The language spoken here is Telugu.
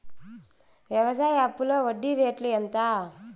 వ్యవసాయ అప్పులో వడ్డీ రేట్లు ఎంత?